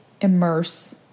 immerse